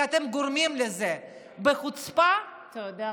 כי אתם גורמים לזה בחוצפה, תודה רבה.